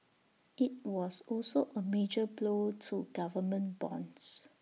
IT was also A major blow to government bonds